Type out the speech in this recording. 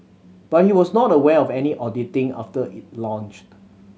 but he was not aware of any auditing after it launched